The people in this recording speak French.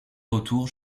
retours